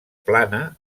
plana